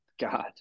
God